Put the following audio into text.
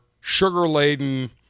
sugar-laden